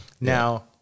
Now